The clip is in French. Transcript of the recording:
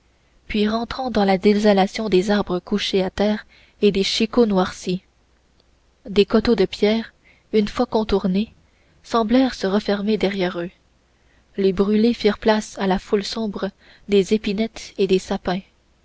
puis rentrant dans la désolation des arbres couchés à terre et des chicots noircis des coteaux de pierre une fois contournés semblèrent se refermer derrière eux les brûlés firent place à la foule sombre des épinettes et des sapins